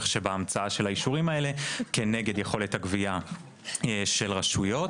שבהמצאה של האישורים האלה כנגד יכולת הגבייה של רשויות.